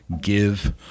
give